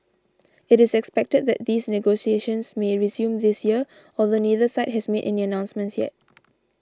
it is expected that these negotiations may resume this year although neither side has made any announcements as yet